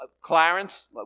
Clarence